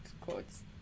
quotes